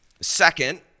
Second